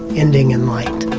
ending in light.